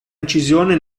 incisione